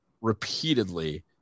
repeatedly